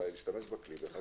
אולי להשתמש בכלי בחקיקה ראשית.